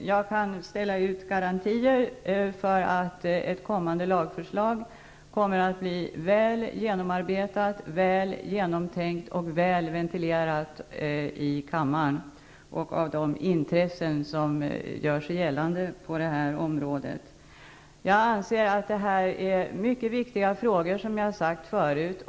jag kan ställa ut garantier för att ett kommande lagförslag kommer att bli väl genomarbetat, väl genomtänkt och väl ventilerat i kammaren och av de intressen som gör sig gällande på detta område. Jag anser att detta är mycket viktiga frågor, som jag har sagt förut.